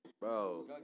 Bro